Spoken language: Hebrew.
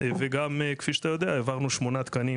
וגם כפי שאתה יודע העברנו כשמונה תקנים